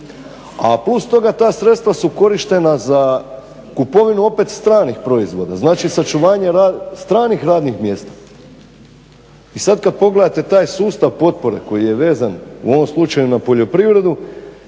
A plus toga ta sredstva su korištena za kupovinu opet stranih proizvoda. Znači, za čuvanje stranih radnih mjesta. I sad kad pogledate taj sustav potpore koji je vezan u ovom slučaju na poljoprivredu